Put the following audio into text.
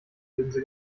linse